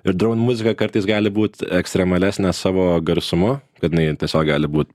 ir muzika kartais gali būt ekstremalesnė savo garsumu kad jinai tiesiog gali būt